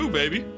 baby